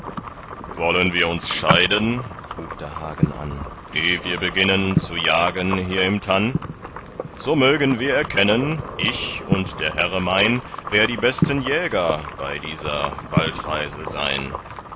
wollen wir uns scheiden hub da hagen an eh wir beginnen zu jagen hier im tann so mögen wir erkennen ich und der herre mein wer die besten jäger bei dieser waldreise sei'n